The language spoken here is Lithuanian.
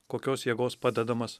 kokios jėgos padedamas